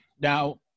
Now